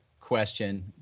question